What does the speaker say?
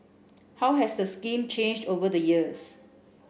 how has the scheme changed over the years